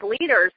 leaders